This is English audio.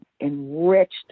enriched